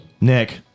Nick